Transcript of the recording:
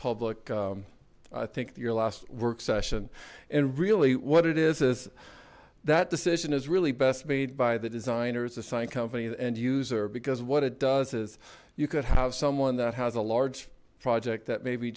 public i think your last work session and really what it is is that decision is really best made by the designers assigned company and user because what it does is you could have someone that has a large project that maybe